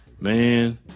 man